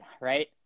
Right